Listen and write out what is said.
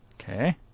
Okay